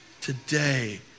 today